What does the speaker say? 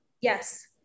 Yes